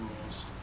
rules